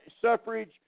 suffrage